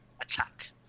attack